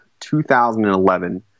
2011